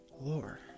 Lore